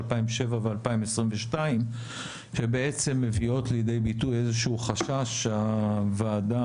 2007 ו-2022 שבעצם מביאות לידי ביטוי איזשהו חשש שהוועדה